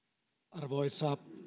arvoisa